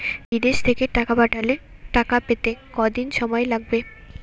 বিদেশ থেকে টাকা পাঠালে টাকা পেতে কদিন সময় লাগবে?